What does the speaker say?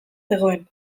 zegoen